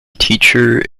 teacher